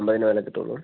അൻപതിന് മേലെയേ കിട്ടുള്ളൂ